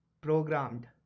programmed